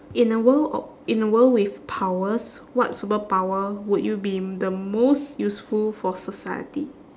in a world of in a world with powers what superpower would you be the most useful for society